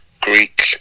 Greek